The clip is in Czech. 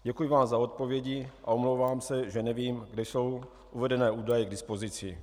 Děkuji vám za odpovědi a omlouvám se, že nevím, kde jsou uvedené údaje k dispozici.